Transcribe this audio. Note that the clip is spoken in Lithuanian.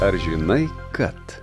ar žinai kad